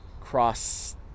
cross